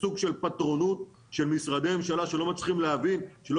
זה סוג של פטרונות של משרדי ממשלה שלא מצליחים להבין שהם לא